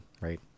right